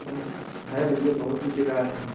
है भैया बहुत ठेकेदार हैं